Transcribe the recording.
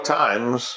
times